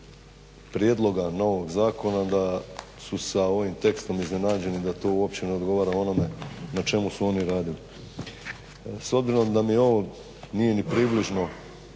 prijedloga novog zakona da su sa ovim tekstom iznenađeni da to uopće ne odgovara onome na čemu su oni radili. S obzirom da mi ovo nije ni približno